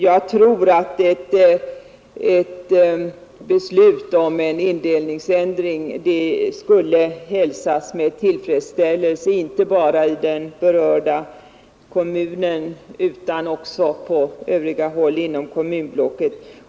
Jag tror att ett beslut om en indelningsändring skulle hälsas med tillfredsställelse inte bara i den berörda kommunen utan också på övriga håll inom kommunblocket.